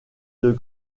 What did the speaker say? deux